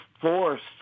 forced